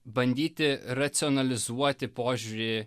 bandyti racionalizuoti požiūrį